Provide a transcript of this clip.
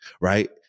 Right